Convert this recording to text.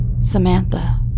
Samantha